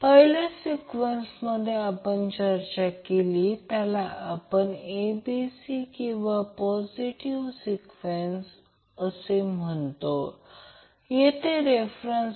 तर त्याचप्रमाणे साधारणपणे ज्याला आपण थ्री फेज जनरेटर म्हणतो ज्याला आपण अल्टरनेटर म्हणतो ते येथे काढले गेले आहे